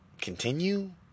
continue